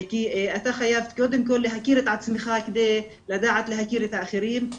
כי אתה חייב קודם כל להכיר את עצמך כדי לדעת להכיר את האחרים,